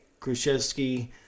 Kruszewski